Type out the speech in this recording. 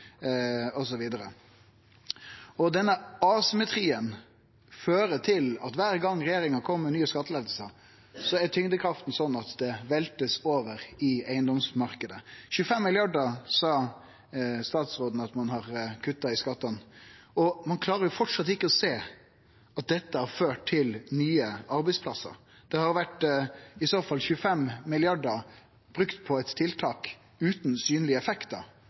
Denne asymmetrien fører til at kvar gong regjeringa kjem med nye skattelettar, er tyngdekrafta slik at det blir velta over i eigedomsmarknaden. 25 mrd. kr sa statsråden at ein har kutta i skattane, og ein klarer framleis ikkje å sjå at dette har ført til nye arbeidsplassar. Det har i så fall vore 25 mrd. kr brukt på eit tiltak utan synlege effektar.